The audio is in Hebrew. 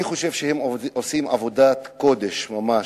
אני חושב שהם עושים עבודת קודש ממש,